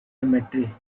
cemetery